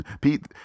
Pete